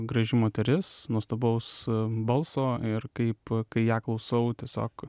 graži moteris nuostabaus balso ir kaip kai ją klausau tiesiog